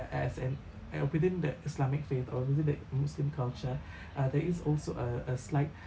as an an opinion that islamic faith or is it that muslim culture uh there is also a a slight